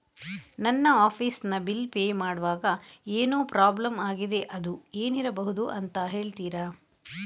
ನನ್ನ ಆಫೀಸ್ ನ bill pay ಮಾಡ್ವಾಗ ಏನೋ ಪ್ರಾಬ್ಲಮ್ ಆಗಿದೆ ಅದು ಏನಿರಬಹುದು ಅಂತ ಹೇಳ್ತೀರಾ?